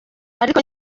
ariko